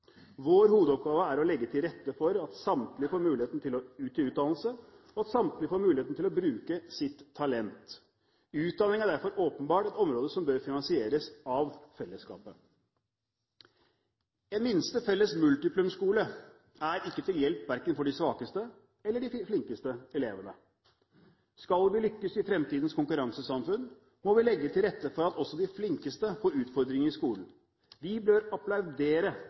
Vår hovedoppgave er å legge til rette for at samtlige får muligheten til utdannelse, og at samtlige får muligheten til å bruke sitt talent. Utdanning er derfor åpenbart et område som bør finansieres av fellesskapet. En minste felles multiplum-skole er ikke til hjelp verken for de svakeste eller de flinkeste elevene. Skal vi lykkes i fremtidens konkurransesamfunn, må vi legge til rette for at også de flinkeste får utfordringer i skolen. Vi bør applaudere